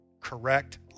correct